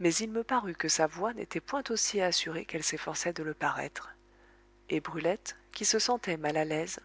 mais il me parut que sa voix n'était point aussi assurée qu'elle s'efforçait de le paraître et brulette qui se sentait mal à l'aise